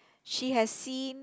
she has seen